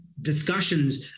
discussions